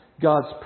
God's